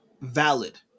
valid